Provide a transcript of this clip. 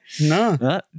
No